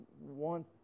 want